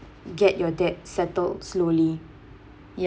get your debts settled slowly